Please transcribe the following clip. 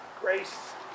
grace